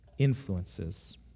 influences